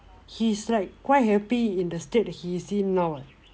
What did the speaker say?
he is like quite happy in the state he is in now [what]